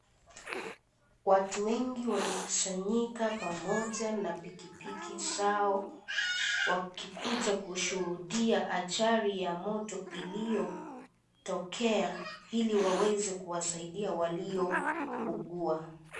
Watu wengi wakusanyika pamoja na pikipiki zao, wakikuja kushuhudia ajali ya moto iliyotokea hili waweze kuwasaidia walioungua.